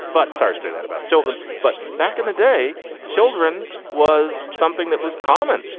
but sarge say that about children. but back in the day children was something that was common.